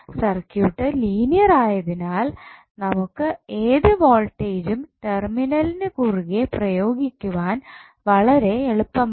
circuit linear ആയതിനാൽ നമുക്ക് ഏതു വോൾട്ടേജും ടെർമിനലിന് കുറുകെ പ്രയോഗിക്കുവാൻ വളരെ എളുപ്പമാണ്